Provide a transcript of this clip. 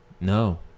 No